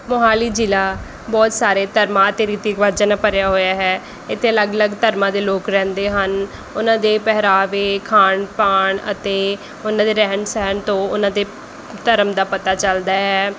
ਮੋਹਾਲੀ ਜ਼ਿਲ੍ਹਾ ਬਹੁਤ ਸਾਰੇ ਧਰਮਾਂ ਅਤੇ ਰੀਤੀ ਰਿਵਾਜਾਂ ਨਾਲ ਭਰਿਆ ਹੋਇਆ ਹੈ ਇੱਥੇ ਅਲੱਗ ਅਲੱਗ ਧਰਮਾਂ ਦੇ ਲੋਕ ਰਹਿੰਦੇ ਹਨ ਉਨ੍ਹਾਂ ਦੇ ਪਹਿਰਾਵੇ ਖਾਣ ਪੀਣ ਅਤੇ ਉਨ੍ਹਾਂ ਦੇ ਰਹਿਣ ਸਹਿਣ ਤੋਂ ਉਨ੍ਹਾਂ ਦੇ ਧਰਮ ਦਾ ਪਤਾ ਚੱਲਦਾ ਹੈ